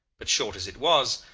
but short as it was,